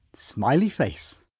smiley face